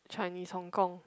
Chinese Hong-Kong